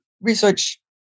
research